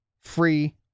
free